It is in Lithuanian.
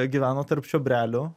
gyveno tarp čiobrelių